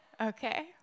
Okay